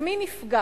אז מי נפגע?